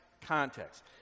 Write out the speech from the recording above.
context